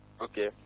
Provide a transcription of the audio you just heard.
Okay